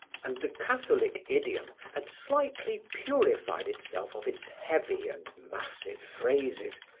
and the catholic idiom had slightly purified itself of its heavy and massive phrases,